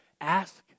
Ask